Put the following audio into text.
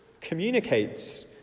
Communicates